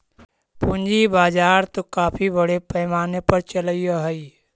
पूंजी बाजार तो काफी बड़े पैमाने पर चलअ हई